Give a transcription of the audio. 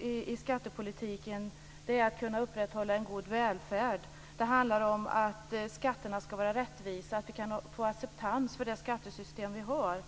i skattepolitiken är att kunna upprätthålla en god välfärd. Det handlar om att skatterna ska vara rättvisa, att vi kan få acceptans för det skattesystem vi har.